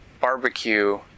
Barbecue